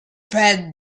bad